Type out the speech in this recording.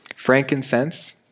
Frankincense